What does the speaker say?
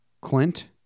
Clint